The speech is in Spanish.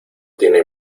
tiene